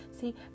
See